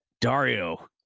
Dario